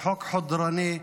חודרני,